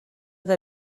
del